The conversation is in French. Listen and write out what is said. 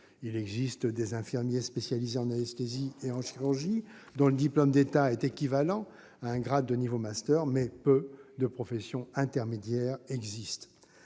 Il existe des infirmiers spécialisés en anesthésie et en chirurgie, dont le diplôme d'État est équivalent à un grade de niveau master, mais peu de professions intermédiaires.